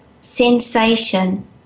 sensation